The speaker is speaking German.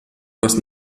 was